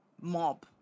mob